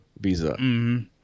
visa